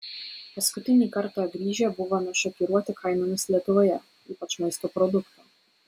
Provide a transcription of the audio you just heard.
paskutinį kartą grįžę buvome šokiruoti kainomis lietuvoje ypač maisto produktų